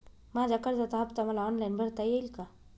माझ्या कर्जाचा हफ्ता मला ऑनलाईन भरता येईल का?